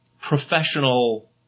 professional